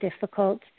difficult